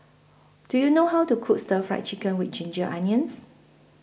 Do YOU know How to Cook Stir Fry Chicken with Ginger Onions